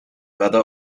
weather